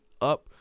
up